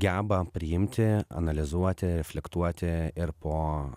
geba priimti analizuoti reflektuoti ir po